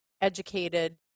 educated